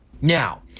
Now